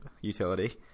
utility